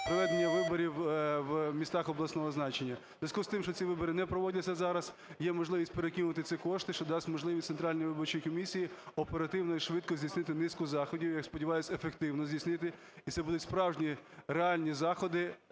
проведення виборів в містах обласного значення. В зв'язку з тим, що ці вибори не проводяться зараз, є можливість перекинути ці кошти, що дасть можливість Центральній виборчій комісії оперативно і швидко здійснити низку заходів, я сподіваюсь, ефективно здійснити. І це будуть справжні, реальні заходи